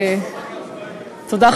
תודה,